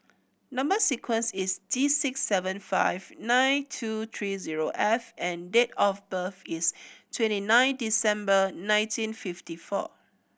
number sequence is T six seven five nine two tree zero F and date of birth is twenty nine December nineteen fifty four